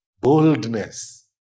Boldness